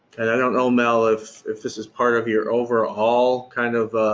and i don't know mel if if this is part of your overall kind of